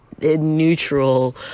neutral